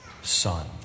son